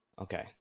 Okay